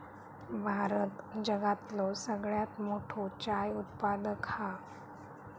भारत जगातलो सगळ्यात मोठो चाय उत्पादक हा